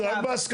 זה רק בהסכמה.